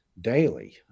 daily